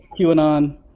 QAnon